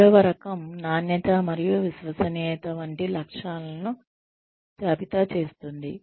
మూడవ రకం నాణ్యత మరియు విశ్వసనీయత వంటి లక్షణాలను జాబితా చేస్తుంది